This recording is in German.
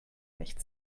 nicht